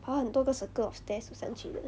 爬很多个 circle of stairs to 上去的